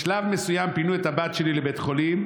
בשלב מסוים פינו את הבת שלי לבית החולים,